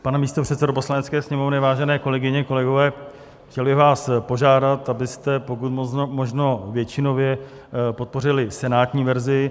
Pane místopředsedo Poslanecké sněmovny, vážené kolegyně, kolegové, chtěl bych vás požádat, abyste pokud možno většinově podpořili senátní verzi.